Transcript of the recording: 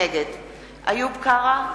נגד איוב קרא,